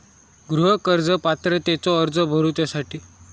गृह कर्ज पात्रतेचो अर्ज भरुच्यासाठी खयचे खयचे कागदपत्र लागतत?